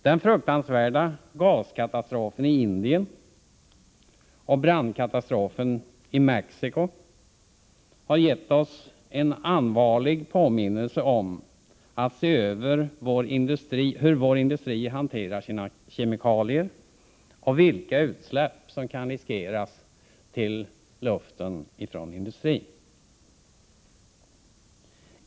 Den fruktansvärda gaskatastrofen i Indien och brandkatastrofen i Mexico har gett oss en allvarlig påminnelse om att se över hur vår industri hanterar sina kemikalier och vilka utsläpp från industrin som kan riskeras.